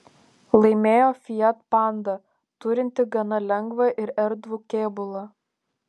laimėjo fiat panda turinti gana lengvą ir erdvų kėbulą